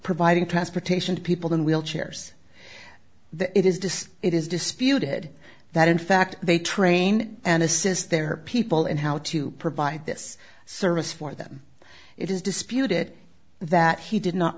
providing transportation to people in wheelchairs the it is disparate is disputed that in fact they train and assist their people in how to provide this service for them it is disputed that he did not